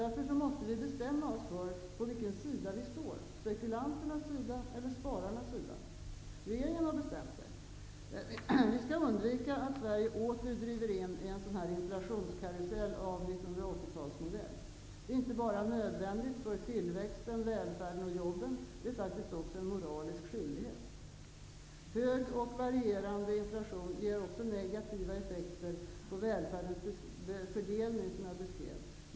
Därför måste vi bestämma oss för på vilken sida vi står - på spekulanternas sida eller på spararnas sida. Regeringen har bestämt sig. Vi skall undvika att Sverige åter driver in i en inflationskarusell av 80 talsmodell. Det är inte bara nödvändigt för tillväxten, välfärden och jobben. Det är faktiskt även en moralisk skyldighet. Hög och varierande inflation ger också negativa effekter på välfärdens fördelning, vilket jag har beskrivit.